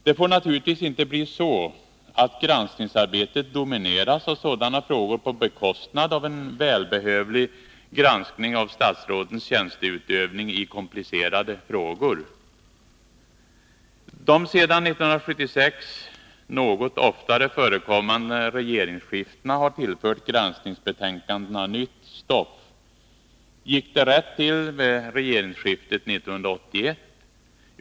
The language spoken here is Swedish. Det får naturligtvis inte bli så, att granskningsarbetet domineras av sådana frågor på bekostnad av en välbehövlig granskning av statsrådens tjänsteutövning i komplicerade frågor. De sedan 1976 något oftare förekommande regeringsskiftena har tillfört granskningsbetänkandena nytt stoff. Gick det rätt till vid regeringsskiftet 1981?